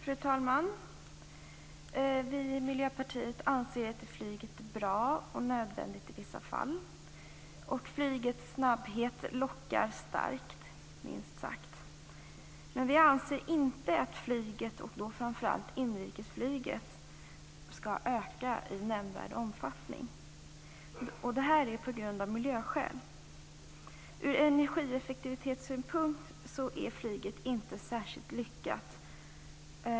Fru talman! Vi i Miljöpartiet anser att flyget är bra och nödvändigt i vissa fall. Flygets snabbhet lockar starkt, minst sagt. Men vi anser inte att flyget, och då framför allt inrikesflyget, skall öka i nämnvärd omfattning. Det är av miljöskäl. I fråga om energieffektivitet är flyget inte särskilt lyckat.